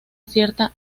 cierta